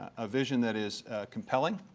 a vision that is compelling,